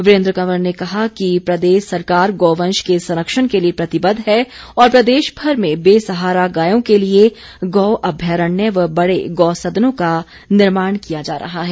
वीरेन्द्र कंवर ने कहा कि प्रदेश सरकार गौवंश के संरक्षण के लिए प्रतिबद्ध है और प्रदेश भर में बेसहारा गायों के लिए गौ अभ्यारण्य व बड़े गौ सदनों का निर्माण किया जा रहा है